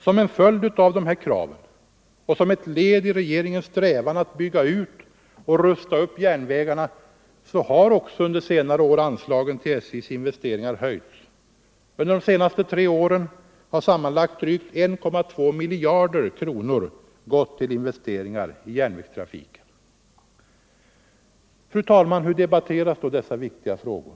Som en följd av dessa krav och som ett led i regeringens strävan att bygga ut och rusta upp järnvägarna har också under senare år anslagen till statens järnvägars investeringar höjts. Under de senaste tre åren har sammanlagt drygt 1,2 miljarder kronor gått till investeringar i järnvägstrafiken. Men hur debatteras dessa viktiga frågor?